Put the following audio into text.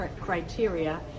criteria